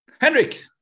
Henrik